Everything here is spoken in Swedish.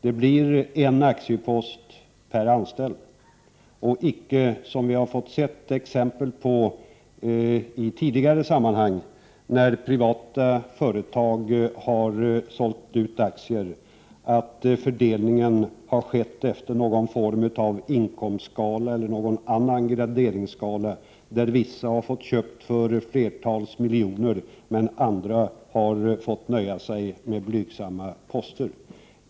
Det blir en aktiepost per anställd — icke, som vi har fått se exempel på i tidigare sammanhang, när privata företag har sålt ut aktier, så att fördelningen sker efter någon form av inkomstskala eller någon annan gradering, där vissa har fått köpa för flera miljoner medan andra har fått nöja sig med blygsamma poster.